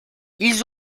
ils